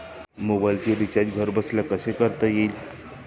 मोबाइलचे रिचार्ज घरबसल्या कसे करता येईल?